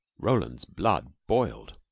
roland's blood boiled.